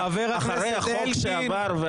דעתו ------ אחרי החוק שעבר,